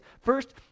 First